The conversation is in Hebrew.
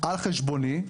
על חשבוני,